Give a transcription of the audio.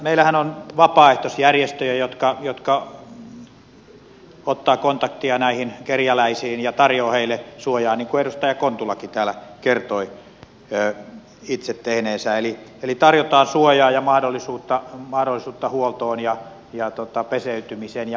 meillähän on vapaaehtoisjärjestöjä jotka ottavat kontakteja näihin kerjäläisiin ja tarjoavat heille suojaa niin kuin edustaja kontulakin täällä kertoi itse tehneensä eli tarjotaan suojaa ja mahdollisuutta huoltoon ja peseytymiseen ja muuhun